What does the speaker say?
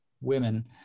women